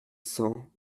cent